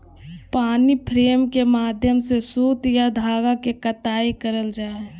पानी फ्रेम के माध्यम से सूत या धागा के कताई करल जा हय